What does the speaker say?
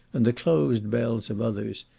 and the closed bells of others,